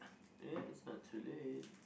ya it's not too late